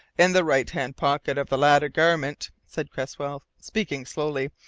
in the right-hand pocket of the latter garment, said cresswell, speaking slowly,